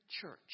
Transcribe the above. church